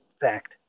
fact